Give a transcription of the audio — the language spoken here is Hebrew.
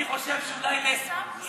אני חושב שאולי ליהיר תהיה